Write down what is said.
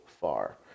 far